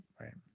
Right